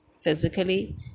physically